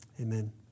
Amen